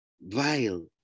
vile